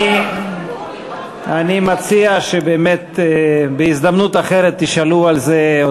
אני מציע שבאמת בהזדמנות אחרת תשאלו על זה או